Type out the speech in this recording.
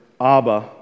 Abba